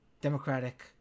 Democratic